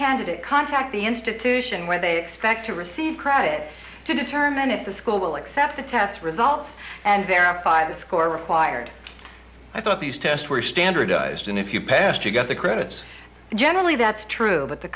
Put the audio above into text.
candidate contact the institution where they expect to receive credit to determine if the school will accept the test results and verify the score required i thought these tests were standardized and if you passed you got the credits generally that's true but the